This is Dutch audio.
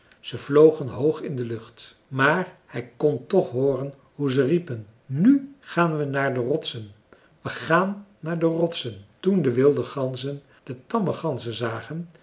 ze vlogen hoog in de lucht maar hij kon toch hooren hoe ze riepen nu gaan we naar de rotsen we gaan naar de rotsen toen de wilde ganzen de tamme ganzen zagen